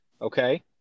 okay